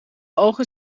ogen